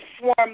form